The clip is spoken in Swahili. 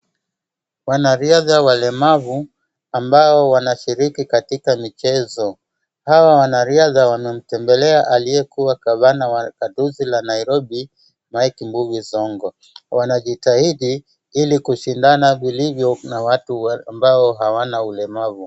Wanariadha walemavu amabo wanashiriki katika michezo, hawa wanariadha wanamtembelea aliyekuwa gavana wa gatuzi la Nairobi Mike mbuvi Sonko. Wanajitahidi ili kushindana vilivyo na watu ambao hawana ulemavu.